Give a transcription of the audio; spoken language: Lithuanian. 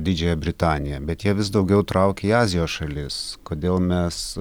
didžiąją britaniją bet jie vis daugiau traukia į azijos šalis kodėl mes